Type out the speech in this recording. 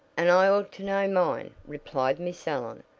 and i ought to know mine, replied miss allen.